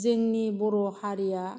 जोंनि बर' हारिया